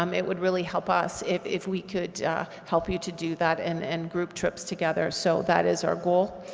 um it would really help us if if we could help you to do that and and group trips together, so that is our goal.